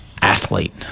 athlete